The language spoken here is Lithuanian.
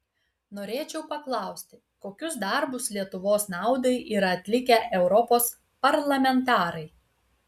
norėčiau paklausti kokius darbus lietuvos naudai yra atlikę europos parlamentarai